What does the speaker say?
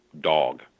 dog